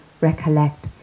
recollect